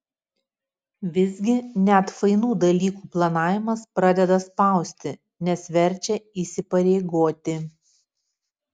visgi net fainų dalykų planavimas pradeda spausti nes verčia įsipareigoti